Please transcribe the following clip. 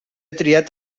triat